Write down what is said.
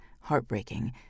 heartbreaking